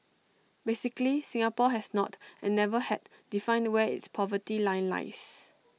basically Singapore has not and never had defined where its poverty line lies